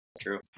True